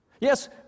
Yes